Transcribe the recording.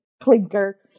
clinker